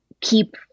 keep